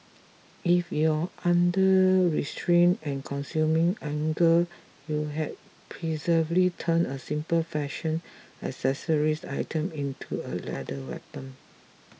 if your under restrained and consuming anger you had perversely turned a simple fashion accessories item into a lethal weapon